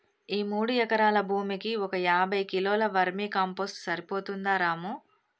ఈ మూడు ఎకరాల భూమికి ఒక యాభై కిలోల వర్మీ కంపోస్ట్ సరిపోతుందా రాము